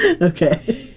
Okay